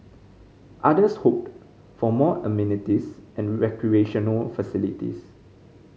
others hoped for more amenities and recreational facilities